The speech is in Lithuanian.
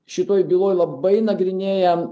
šitoj byloj labai nagrinėja